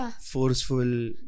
forceful